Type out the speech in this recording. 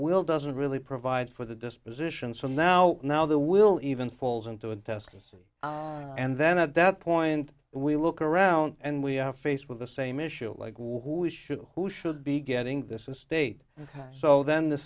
will doesn't really provide for the disposition so now now there will even falls into a desk a city and then at that point we look around and we are faced with the same issue like one who is sure who should be getting this estate so then the